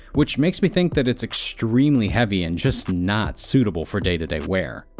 which makes me think that it's extremely heavy and just not suitable for day-to-day wear.